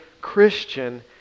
Christian